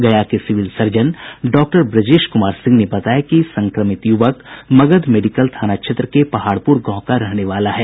गया के civil surgeon डॉ ब्रजेश कुमार सिंह ने बताया कि संक्रमित युवक मगध मेडिकल थाना क्षेत्र के पहाड़पुर गांव का रहने वाला है